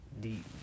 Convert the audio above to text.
deep